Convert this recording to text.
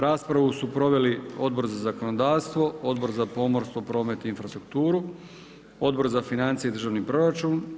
Raspravu su proveli Odbor za zakonodavstvo, Odbor za pomorstvo, promet i infrastrukturu, Odbor za financije i državni proračun.